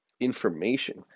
information